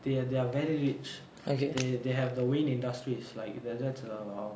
they are they are very rich they have they have the wayne industries like that's a